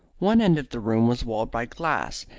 one end of the room was walled by glass,